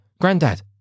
granddad